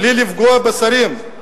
בלי לפגוע בשרים,